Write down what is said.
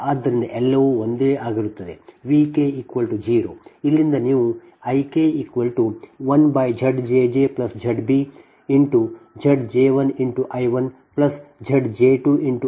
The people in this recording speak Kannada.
ಆದ್ದರಿಂದ ಎಲ್ಲವೂ ಒಂದೇ ಆಗಿರುತ್ತದೆ V k 0